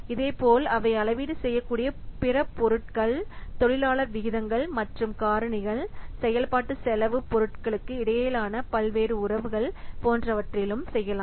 இதேபோல் அவை அளவீடு செய்யக்கூடிய பிற பொருட்கள் தொழிலாளர் விகிதங்கள் மற்றும் காரணிகள் செயல்பாட்டு செலவு பொருட்களுக்கு இடையிலான பல்வேறு உறவுகள் போன்றவற்றிலும் செய்யலாம்